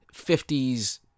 50s